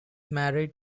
married